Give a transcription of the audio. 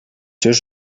seus